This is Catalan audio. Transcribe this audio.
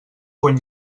quan